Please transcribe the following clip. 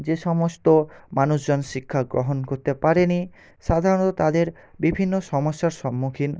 যে সমস্ত মানুষজন শিক্ষাগ্রহণ করতে পারে নি সাধারণত তাদের বিভিন্ন সমস্যার সম্মুখীন